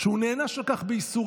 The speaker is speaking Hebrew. שהוא נענש על כך בייסורים.